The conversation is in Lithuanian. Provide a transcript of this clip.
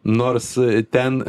nors ten